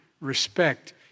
respect